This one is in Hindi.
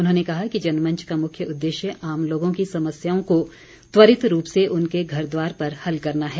उन्होंने कहा कि जनमंच का मुख्य उद्देश्य आम लोगों की समस्याओं को त्वरित रूप से उनके घरद्वार पर हल करना है